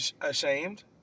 ashamed